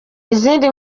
izindi